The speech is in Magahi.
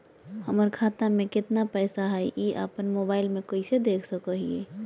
हमर खाता में केतना पैसा हई, ई अपन मोबाईल में कैसे देख सके हियई?